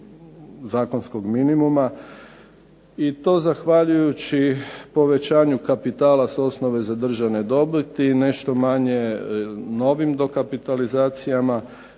zakonskog minimuma i to zahvaljujući povećanju kapitala s osnove za državne dobiti, nešto manje novim dokapitalizacijama